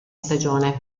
stagione